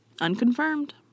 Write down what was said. Unconfirmed